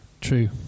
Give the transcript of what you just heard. True